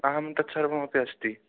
आं तत्सर्वमपि अस्ति